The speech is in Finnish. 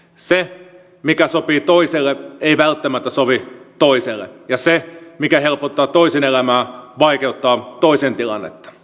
se mikä sopii toiselle ei välttämättä sovi toiselle ja se mikä helpottaa toisen elämää vaikeuttaa toisen tilannetta